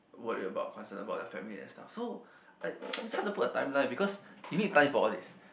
worried about concern about their family and stuff so I it's hard to put a timeline because you need time for all these